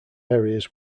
areas